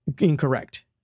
incorrect